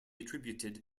attributed